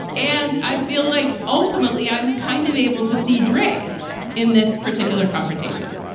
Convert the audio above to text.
and i feel like ultimately i was kind of able to see drays in this particular confrontation